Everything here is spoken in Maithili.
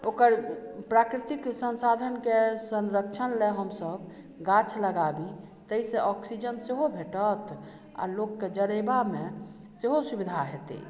ओकर प्राकृति के संसाधन के संरक्षण लए हमसब गाछ लागाबी ताहिसॅं ऑक्सिजन सेहो भेटत आ लोक के जरेबा मे सेहो सुविधा हेतै